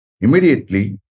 immediately